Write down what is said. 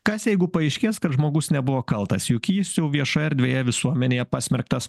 kas jeigu paaiškės kad žmogus nebuvo kaltas juk jis jau viešoje erdvėje visuomenėje pasmerktas